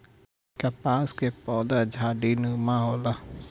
कपास कअ पौधा झाड़ीनुमा होला